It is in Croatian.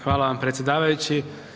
Hvala vam predsjedavajući.